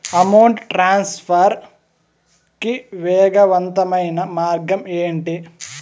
amount transfer కి వేగవంతమైన మార్గం ఏంటి